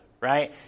right